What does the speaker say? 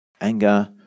anger